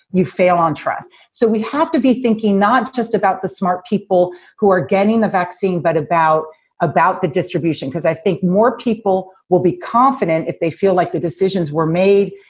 you fail on trust. so we have to be thinking not just about the smart people who are getting the vaccine, but about about the distribution, because i think more people will be confident if they feel like the decisions were made,